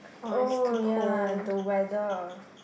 oh ya the weather